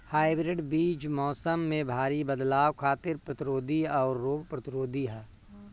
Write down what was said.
hybrid बीज मौसम में भारी बदलाव खातिर प्रतिरोधी आउर रोग प्रतिरोधी ह